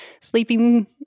sleeping